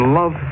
love